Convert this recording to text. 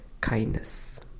kindness